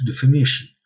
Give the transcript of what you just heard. definition